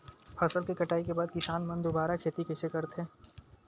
फसल के कटाई के बाद किसान मन दुबारा खेती कइसे करथे?